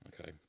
Okay